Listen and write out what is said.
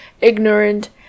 ignorant